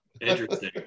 Interesting